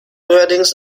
neuerdings